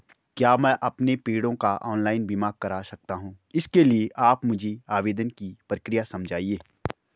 क्या मैं अपने पेड़ों का ऑनलाइन बीमा करा सकता हूँ इसके लिए आप मुझे आवेदन की प्रक्रिया समझाइए?